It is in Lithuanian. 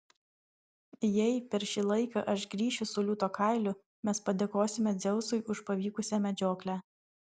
jei per šį laiką aš grįšiu su liūto kailiu mes padėkosime dzeusui už pavykusią medžioklę